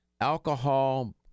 alcohol